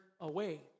away